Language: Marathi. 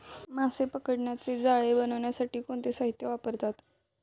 मासे पकडण्याचे जाळे बनवण्यासाठी कोणते साहीत्य वापरतात?